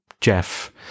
Jeff